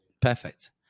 Perfect